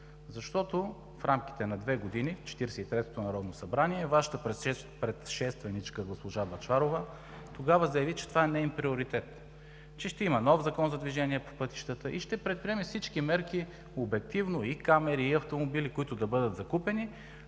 Защото в рамките на две години 43-тото народно събрание Вашата предшественичка госпожа Бъчварова тогава заяви, че това е неин приоритет – че ще има нов Закон за движение по пътищата и ще предприеме всички мерки обективно, и камери, и автомобили, които да бъдат закупени,